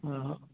हाँ